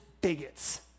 bigots